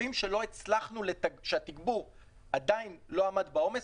קווים שהתגבור עדיין לא עמד בעומס,